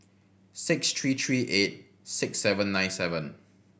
six three three eight six seven nine seven